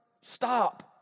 stop